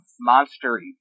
monster